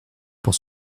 pour